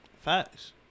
facts